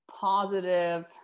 positive